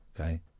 okay